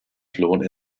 flohen